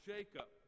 Jacob